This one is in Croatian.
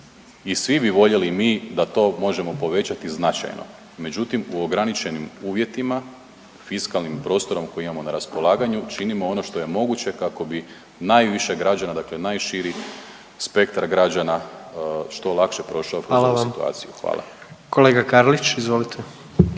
i svi bi voljeli mi da to možemo povećati značajno, međutim u ograničenim uvjetima i fiskalnim prostorom koji imamo na raspolaganju činimo ono što je moguće kako bi najviše građana, dakle najširi spektar građana što lakše prošao kroz ovu situaciju…/Upadica predsjednik: Hvala